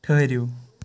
ٹھٕہرِو